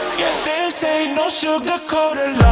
this ain't no sugar coated